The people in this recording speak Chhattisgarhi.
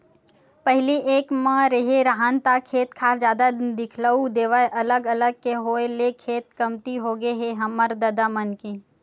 पहिली एक म रेहे राहन ता खेत खार जादा दिखउल देवय अलग अलग के होय ले खेत कमती होगे हे हमर ददा मन के